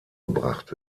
gebracht